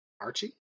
archie